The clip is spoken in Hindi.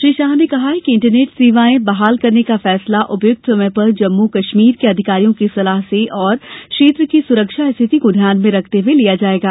श्री शाह ने कहा कि इंटरनैट सेवाए बहाल करने का फैसला उपयुक्त समय पर जम्मू कश्मीर के अधिकारियों की सलाह से और क्षेत्र की सुरक्षा स्थिति को ध्यान में रखते हुए लिया जाएगा